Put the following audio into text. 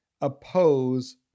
oppose